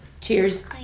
cheers